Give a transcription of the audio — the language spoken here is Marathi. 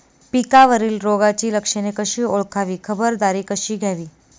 पिकावरील रोगाची लक्षणे कशी ओळखावी, खबरदारी कशी घ्यावी?